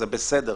זה בסדר,